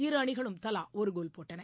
இருஅணிகளும் தலா ஒரு கோல் போட்டன